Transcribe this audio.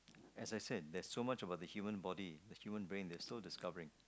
as I said there's so much about the human body the human brain they are still discovering